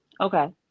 Okay